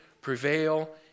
prevail